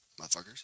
motherfuckers